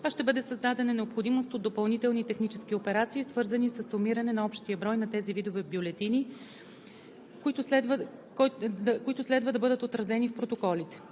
а ще бъде създадена необходимост от допълнителни технически операции, свързани със сумиране на общия брой на тези видове бюлетини, който следва да бъде отразен в протоколите.